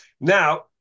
now